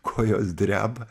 kojos dreba